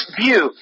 view